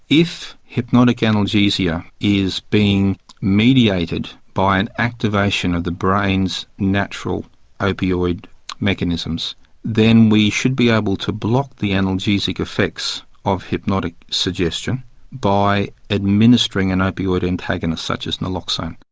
if hypnotic analgesia is being mediated by an activation of the brain's natural opioid mechanisms then we should be able to block the analgesic effects of hypnotic suggestion by administering an opioid antagonist such as naloxone.